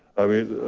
i mean,